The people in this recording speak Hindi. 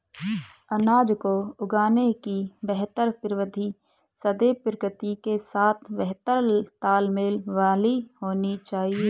अनाज को उगाने की बेहतर प्रविधि सदैव प्रकृति के साथ बेहतर तालमेल वाली होनी चाहिए